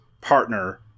partner –